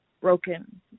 broken